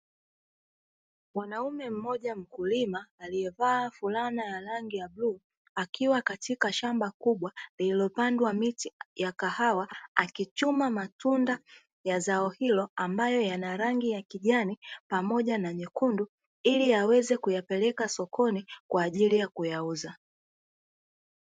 Mwanaume mmoja mkulima aliyevaa fulana ya rangi ya bluu, akiwa katika shamba kubwa lililopandwa miti ya kahawa, akichuma matunda ya zao hilo ambayo yana rangi ya kijani pamoja na nyekundu ili aweze kuyapeleka sokoni kwa ajili ya kuyauza.